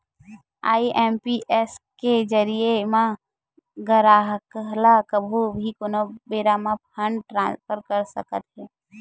IMPS के जरिए म गराहक ह कभू भी कोनो बेरा म फंड ट्रांसफर कर सकत हे